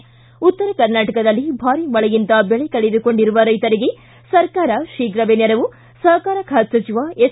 ಿ ಉತ್ತರ ಕರ್ನಾಟಕದಲ್ಲಿ ಭಾರೀ ಮಳೆಯಿಂದ ಬೆಳೆ ಕಳೆದುಕೊಂಡಿರುವ ರೈತರಿಗೆ ಸರ್ಕಾರ ಶೀಘ್ರವೇ ನೆರವು ಸಹಕಾರ ಖಾತೆ ಸಚಿವ ಎಸ್